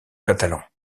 catalan